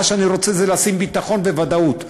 מה שאני רוצה זה לשים ביטחון וודאות.